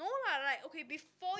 no lah like okay before